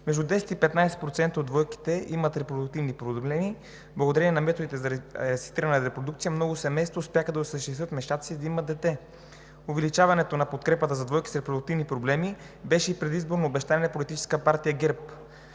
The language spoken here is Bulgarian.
Между 10 и 15% от двойките имат репродуктивни проблеми. Благодарение на методите за асистирана репродукция много семейства успяха да осъществят мечтата си да имат дете. Увеличаването на подкрепата за двойки с репродуктивни проблеми беше и предизборно обещание на Политическа партия ГЕРБ.